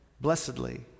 blessedly